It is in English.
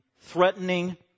threatening